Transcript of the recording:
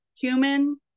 human